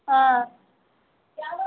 ಹ್ಞೂ